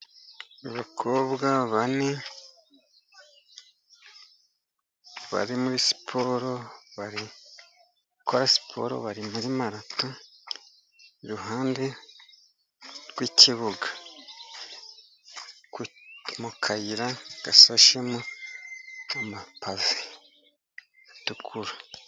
Abakobwa bane bari muri siporo, bari gukora siporo bari muri marato, iruhande rw'ikibuga mu kayira gashashe amapave atukura.